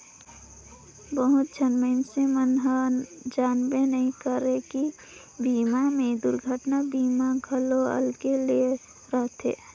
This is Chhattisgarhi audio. बहुत झन मइनसे मन हर जानबे नइ करे की बीमा मे दुरघटना बीमा घलो अलगे ले रथे